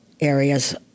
areas